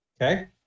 Okay